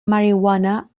marijuana